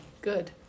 good